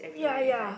ya ya